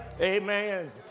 amen